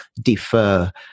defer